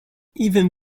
even